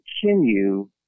continue